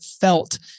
felt